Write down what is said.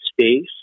space